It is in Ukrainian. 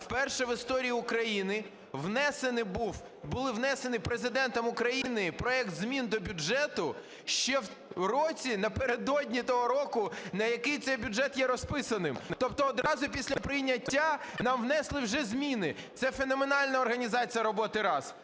Вперше в історії України був внесений Президентом України проект змін до бюджету ще в році напередодні того року, на який цей бюджет є розписаним. Тобто одразу після прийняття нам внесли вже зміни, це феноменальна організація роботи. Раз.